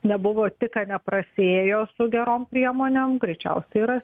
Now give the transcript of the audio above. nebuvo tik ką neprasiėjo su gerom priemonėm greičiausiai ras